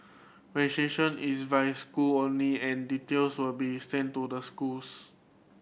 is via school only and details will be sent to the schools